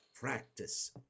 practice